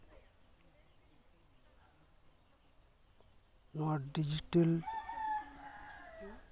ᱱᱚᱣᱟ ᱰᱤᱡᱤᱴᱮᱞ